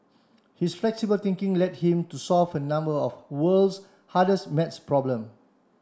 his flexible thinking led him to solve a number of the world's hardest math problem